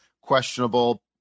questionable